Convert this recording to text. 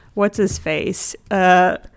what's-his-face